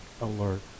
alert